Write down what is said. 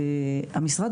המשרד,